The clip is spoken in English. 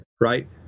Right